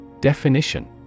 Definition